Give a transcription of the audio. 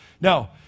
Now